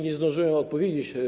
Nie zdążyłem odpowiedzieć.